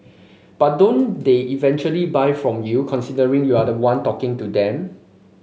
but don't they eventually buy from you considering you're the one talking to them